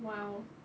!wow!